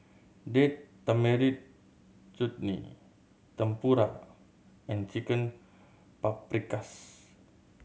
Date Tamarind Chutney Tempura and Chicken Paprikas